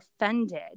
offended